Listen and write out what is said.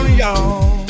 y'all